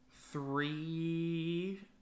Three